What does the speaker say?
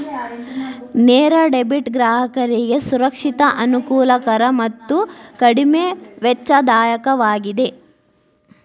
ನೇರ ಡೆಬಿಟ್ ಗ್ರಾಹಕರಿಗೆ ಸುರಕ್ಷಿತ, ಅನುಕೂಲಕರ ಮತ್ತು ಕಡಿಮೆ ವೆಚ್ಚದಾಯಕವಾಗಿದೆ